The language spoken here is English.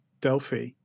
Delphi